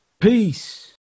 Peace